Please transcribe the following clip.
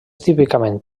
típicament